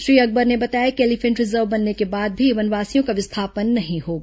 श्री अकबर ने बताया कि एलीफेंट रिजर्व बनने के बाद भी वनवासियों का विस्थापन नहीं होगा